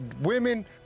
women